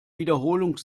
wiederholung